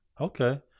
Okay